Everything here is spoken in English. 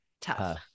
tough